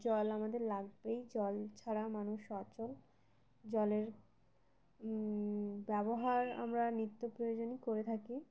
জল আমাদের লাগবেই জল ছাড়া মানুষ অচল জলের ব্যবহার আমরা নিত্য প্রয়োজনই করে থাকি